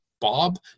Bob